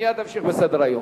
מייד נמשיך בסדר-היום.